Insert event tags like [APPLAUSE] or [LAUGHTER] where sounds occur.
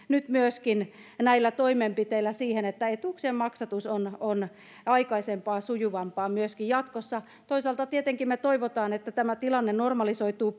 [UNINTELLIGIBLE] nyt myöskin näillä toimenpiteillä siihen että etuuksien maksatus on on aikaisempaa sujuvampaa myöskin jatkossa toisaalta tietenkin me toivomme että tämä tilanne normalisoituu [UNINTELLIGIBLE]